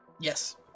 Yes